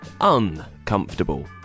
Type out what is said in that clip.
uncomfortable